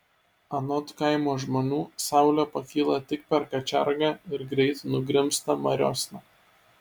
anot kaimo žmonių saulė pakyla tik per kačergą ir greit nugrimzta mariosna